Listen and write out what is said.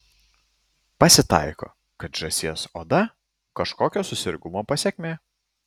pasitaiko kad žąsies oda kažkokio susirgimo pasekmė